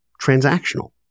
transactional